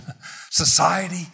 society